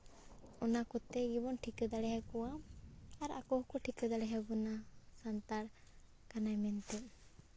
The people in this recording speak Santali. ᱚᱱᱟ ᱠᱚᱛᱮ ᱜᱮᱵᱚᱱ ᱴᱷᱤᱠᱟᱹ ᱫᱟᱲᱮᱭᱟᱠᱚᱣᱟ ᱟᱨ ᱟᱠᱚ ᱦᱚᱸᱠᱚ ᱴᱷᱤᱠᱟᱹ ᱫᱟᱲᱮᱭᱟᱵᱚᱱᱟ ᱥᱟᱱᱛᱟᱲ ᱠᱟᱱᱟᱭ ᱢᱮᱱᱛᱮ